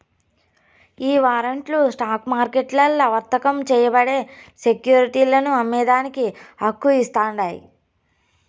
ఈ వారంట్లు స్టాక్ మార్కెట్లల్ల వర్తకం చేయబడే సెక్యురిటీలను అమ్మేదానికి హక్కు ఇస్తాండాయి